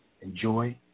enjoy